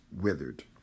withered